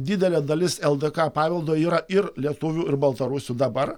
didelė dalis ldk paveldo yra ir lietuvių ir baltarusių dabar